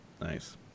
nice